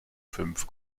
fünf